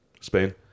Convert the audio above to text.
Spain